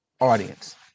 audience